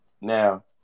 Now